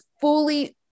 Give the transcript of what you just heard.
fully